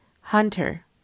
Hunter